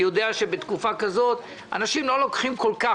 אני יודע שבתקופה כזאת אנשים לא לוקחים כל כך